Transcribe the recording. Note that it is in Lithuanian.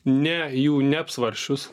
ne jų neapsvarsčius